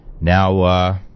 Now